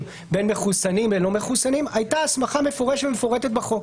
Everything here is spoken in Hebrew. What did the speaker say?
בין מחוסנים ללא מחוסנים הייתה הסמכה מפורשת ומפורטת בחוק.